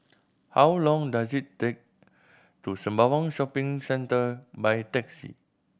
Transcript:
how long does it take to Sembawang Shopping Centre by taxi